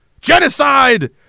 Genocide